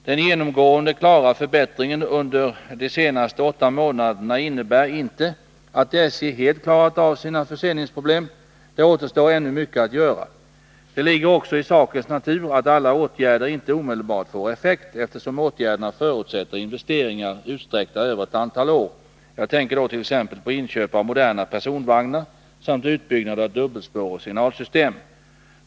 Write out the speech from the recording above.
Den genomgående klara förbättringen under de senaste åtta månaderna innebär inte att SJ helt klarat av sina förseningsproblem. Det återstår ännu mycket att göra. Det ligger också i sakens natur att alla åtgärder inte omedelbart får effekt, eftersom åtgärderna förutsätter investeringar utsträckta över ett antal år. Jag tänker dåt.ex. på inköp av moderna personvagnar samt utbyggnad av dubbelspår och signalsystem.